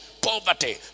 poverty